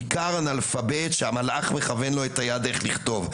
איכר אנאלפבית שהמלאך מכוון לו את היד איך לכתוב,